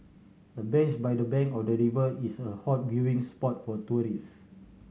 the bench by the bank of the river is a hot viewing spot for tourists